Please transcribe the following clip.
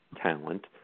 talent